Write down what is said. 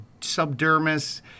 subdermis